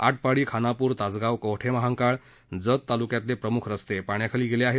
आटपाडी खानाप्र तासगाव कवठे महांकाळ जत तालुक्यातले प्रमुख रस्ते पाण्याखाली गेले आहेत